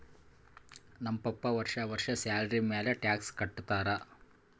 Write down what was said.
ನಮ್ ಪಪ್ಪಾ ವರ್ಷಾ ವರ್ಷಾ ಸ್ಯಾಲರಿ ಮ್ಯಾಲ ಟ್ಯಾಕ್ಸ್ ಕಟ್ಟತ್ತಾರ